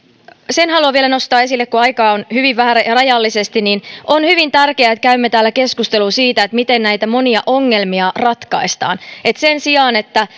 sen haluan vielä nostaa esille kun aikaa on hyvin vähän ja rajallisesti että on hyvin tärkeää että käymme täällä keskustelua siitä miten näitä monia ongelmia ratkaistaan sen sijaan että